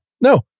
No